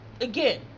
again